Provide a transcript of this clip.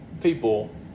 people